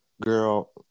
Girl